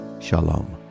Shalom